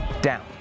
down